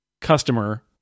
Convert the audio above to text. customer